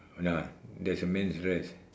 nah there's a man's dress